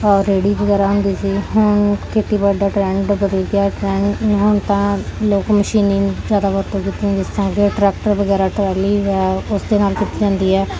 ਔਰ ਰੇਹੜੀ ਵਗੈਰਾ ਹੁੰਦੀ ਸੀ ਹੁਣ ਖੇਤੀਬਾੜੀ ਦਾ ਟਰੈਂਡ ਬਦਲ ਗਿਆ ਟਰੈਂਡ ਹੁਣ ਤਾਂ ਲੋਕ ਮਸ਼ੀਨੀ ਜ਼ਿਆਦਾ ਵਰਤੋਂ ਕੀਤੀ ਜਿਸ ਤਰ੍ਹਾਂ ਕਿ ਟਰੈਕਟਰ ਵਗੈਰਾ ਟਰਾਲੀ ਹੈ ਉਸਦੇ ਨਾਲ ਕੀਤੀ ਜਾਂਦੀ ਹੈ